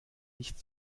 nicht